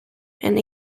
and